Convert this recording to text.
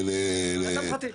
לבן אדם פרטי.